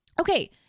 okay